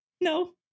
No